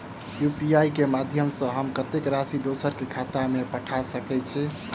UPI केँ माध्यम सँ हम कत्तेक राशि दोसर केँ खाता मे पठा सकैत छी?